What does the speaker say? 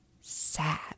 sad